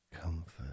comfort